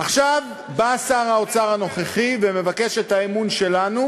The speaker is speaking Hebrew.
עכשיו בא שר האוצר הנוכחי ומבקש את האמון שלנו,